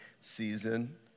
season